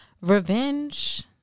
revenge